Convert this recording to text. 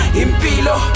impilo